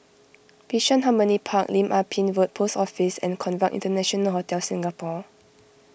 Bishan Harmony Park Lim Ah Pin Road Post Office and Conrad International Hotel Singapore